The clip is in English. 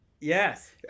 Yes